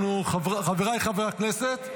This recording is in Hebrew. חבריי חברי הכנסת,